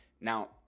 Now